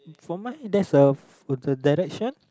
for mine that's of the direction